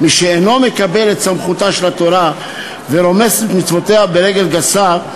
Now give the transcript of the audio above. מי שאינו מקבל את סמכותה של התורה ורומס את מצוותיה ברגל גסה,